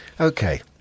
Okay